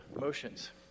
motions